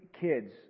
kids